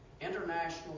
international